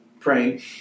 Praying